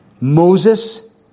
Moses